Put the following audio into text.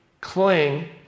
cling